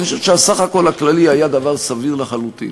אני חושב שהסך הכול הכללי היה דבר סביר לחלוטין.